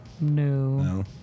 No